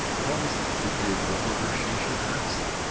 promised to give whatever she should ask.